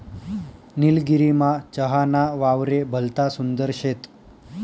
निलगिरीमा चहा ना वावरे भलता सुंदर शेत